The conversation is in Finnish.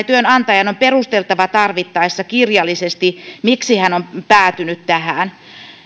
työnantajan on perusteltava tarvittaessa kirjallisesti miksi hän on päätynyt tähän